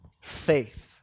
faith